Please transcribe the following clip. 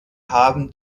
haben